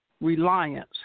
reliance